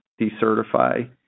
decertify